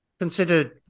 Consider